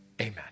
Amen